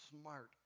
smart